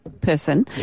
person